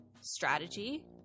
strategy